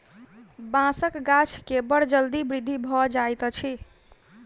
बांसक गाछ के बड़ जल्दी वृद्धि भ जाइत अछि